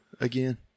Again